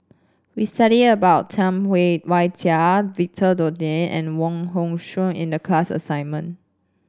we studied about Tam Wai Jia Victor Doggett and Wong Hong Suen in the class assignment